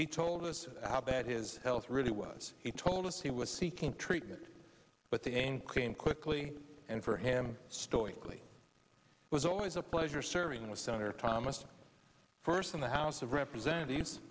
he told us how bad his health really was he told us he was seeking treatment but the name came quickly and for him story really was always a pleasure serving with senator thomas first in the house of representatives